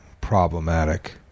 problematic